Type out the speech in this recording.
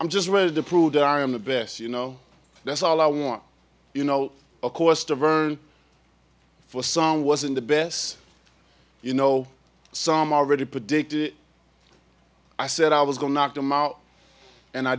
i'm just ready to prove that i'm the best you know that's all i want you know acosta verne full song wasn't the best you know some already predicted i said i was going knock them out and i